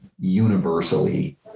universally